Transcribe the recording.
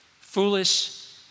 foolish